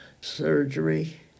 surgery